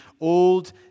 old